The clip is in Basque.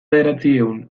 bederatziehun